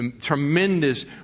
tremendous